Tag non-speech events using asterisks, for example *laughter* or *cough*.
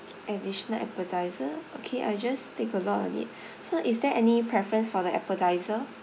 additional appetiser okay I'll just take a look on it *breath* so is there any preference for the appetiser